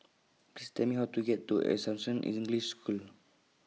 Please Tell Me How to get to Assumption English School